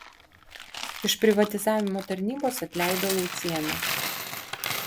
iš privatizavimo tarnybos atleido laucienę